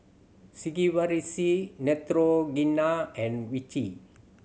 Sigvaris Neutrogena and Vichy